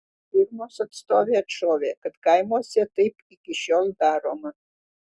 firmos atstovė atšovė kad kaimuose taip iki šiol daroma